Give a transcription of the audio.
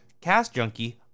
CastJunkie